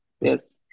yes